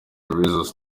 rhesus